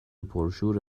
پرشور